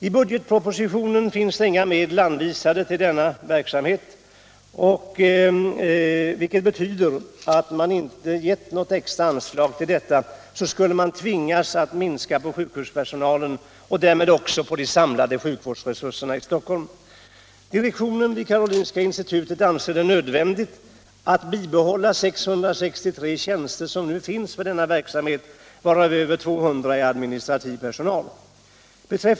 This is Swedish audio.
I budgetpropositionen finns inga medel anvisade till denna verksamhet, vilket betyder att man, om inget extra anslag givits till verksamheten, skulle ha tvingats att minska på sjukhuspersonalen och därmed också på de samlade sjukvårdsresurserna i Stockholm. Direktionen vid Karolinska sjukhuset anser det nödvändigt att bibehålla de 663 tjänster som nu finns för denna verksamhet, varav över 200 utgörs av administrativ personal.